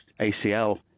ACL